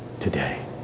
today